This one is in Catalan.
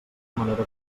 manera